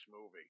movie